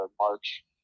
March